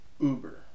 Uber